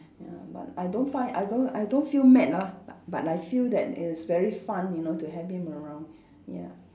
ya but I don't find I don't I don't feel mad lah but but I feel that it's very fun you know to have him around ya